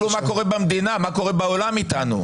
תסתכלו מה קורה במדינה, מה קורה בעולם איתנו.